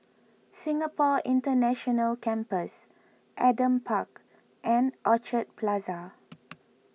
Singapore International Campus Adam Park and Orchard Plaza